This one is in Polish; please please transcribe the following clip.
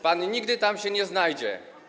Pan nigdy tam się nie znajdzie.